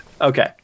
okay